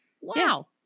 Wow